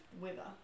weather